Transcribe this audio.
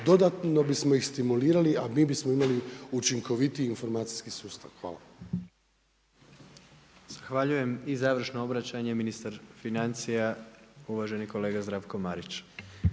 dodatno bi ih stimulirali, a mi bismo učinkovitiji informacijski sustav. Hvala.